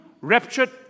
raptured